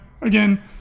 again